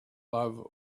love